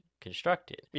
constructed